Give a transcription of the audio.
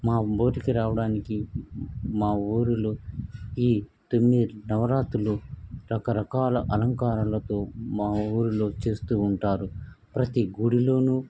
మా ఊరికి రావడానికి మా ఊరిలో ఈ తొమ్మిది నవరాత్రులు రకరకాల అలంకారాలతో మా ఊరిలో చేస్తూ ఉంటారు ప్రతీ గుడిలోనూ